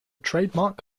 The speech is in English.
trademark